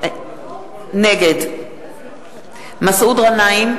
נגד מסעוד גנאים,